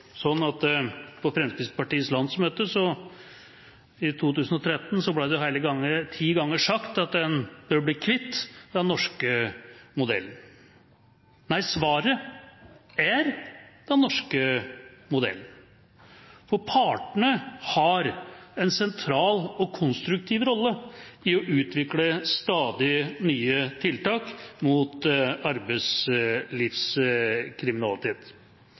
hele ti ganger sagt at en bør bli kvitt den norske modellen. Nei, svaret er den norske modellen, og partene har en sentral og konstruktiv rolle i å utvikle stadig nye tiltak mot arbeidslivskriminalitet.